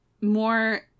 more